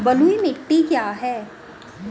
बलुई मिट्टी क्या है?